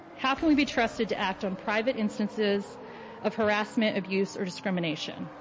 how can we be trusted to act on private instances of harassment, abuse, or discrimination?